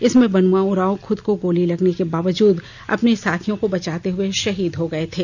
इसमें बनुआ उरांव खुद को गोली लगने के बावजूद अपने साथियों को बचाते हुए शहीद हो गये थे